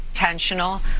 intentional